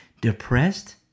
depressed